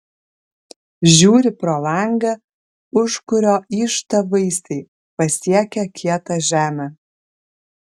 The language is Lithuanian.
žiūri pro langą už kurio yžta vaisiai pasiekę kietą žemę